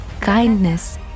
kindness